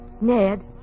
Ned